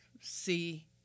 see